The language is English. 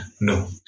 no